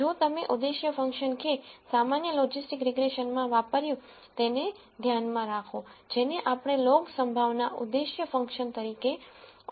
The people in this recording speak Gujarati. જો તમે ઉદ્દેશ્ય ફંક્શન કે સામાન્ય લોજિસ્ટિક રીગ્રેસન માં વાપર્યું તેને ધ્યાનમાં રાખો જેને આપણે લોગ સંભાવના ઉદ્દેશ્ય ફંક્શન તરીકે ઓળખીએ છીએ